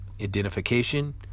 identification